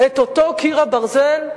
את אותו קיר הברזל?